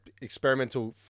experimental